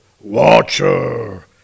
watcher